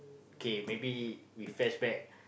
okay maybe we flashback